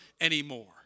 anymore